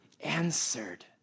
answered